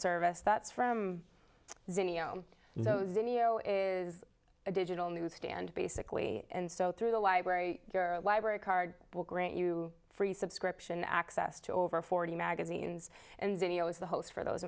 service that's from zero zero zero is a digital newsstand basically and so through the library your library card will grant you free subscription access to over forty magazines and video is the host for those